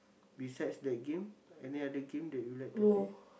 besides that game any other game that you like to play